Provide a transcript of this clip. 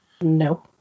No